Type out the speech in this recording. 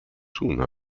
tun